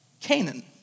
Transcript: Canaan